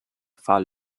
fall